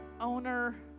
owner